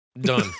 Done